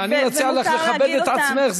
תשמעי, אני מציע לך לכבד את עצמך.